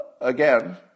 Again